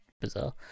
bizarre